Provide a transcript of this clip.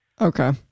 Okay